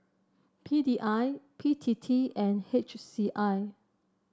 P D I B T T and H C I